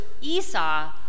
Esau